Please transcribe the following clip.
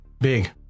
big